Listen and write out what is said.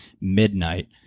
midnight